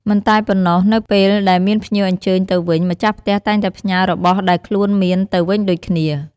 មិនតែប៉ុណ្ណោះ នៅពេលដែលមានភ្ញៀវអញ្ជើញទៅវិញ ម្ទាស់ផ្ទះតែងតែផ្ញើរបស់ដែរខ្លួនមានទៅវិញដូចគ្នា ។